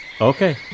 Okay